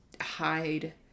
hide